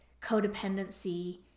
codependency